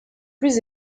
plus